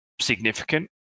significant